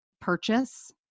purchase